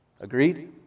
Agreed